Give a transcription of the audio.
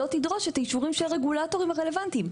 תדרוש את האישורים של הרגולטורים הרלוונטיים.